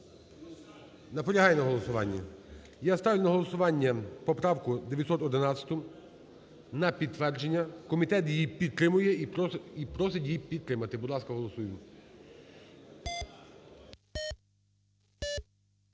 Наполягає на голосуванні. Я ставлю на голосування поправку 911 на підтвердження, комітет її підтримує і просить її підтримати. Будь ласка, голосуємо.